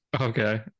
Okay